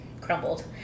crumbled